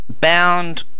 bound